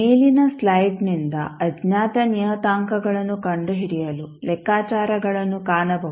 ಮೇಲಿನ ಸ್ಲೈಡ್ನಿಂದ ಅಜ್ಞಾತ ನಿಯತಾಂಕಗಳನ್ನು ಕಂಡುಹಿಡಿಯಲು ಲೆಕ್ಕಾಚಾರಗಳನ್ನು ಕಾಣಬಹುದು